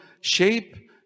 shape